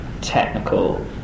technical